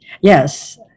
yes